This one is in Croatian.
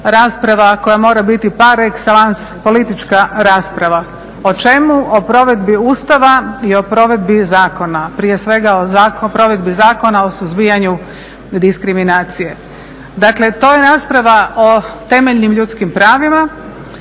koja mora biti par excellance, politička rasprava. O čemu? O provedbi Ustava i o provedbi zakona, prije svega o provedbi zakona, o suzbijanju diskriminacije. Dakle to je rasprava o temeljnim ljudskim pravima,